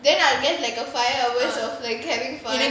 then I'll get like a fire of having fun